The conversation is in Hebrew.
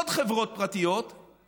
עוד חברות פרטיות,